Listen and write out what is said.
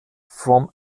from